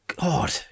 god